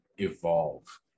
evolve